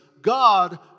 God